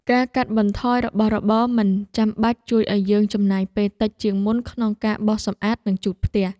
ការកាត់បន្ថយរបស់របរមិនចាំបាច់ជួយឱ្យយើងចំណាយពេលតិចជាងមុនក្នុងការបោសសម្អាតនិងជូតផ្ទះ។